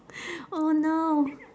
oh no